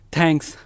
Thanks